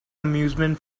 amusement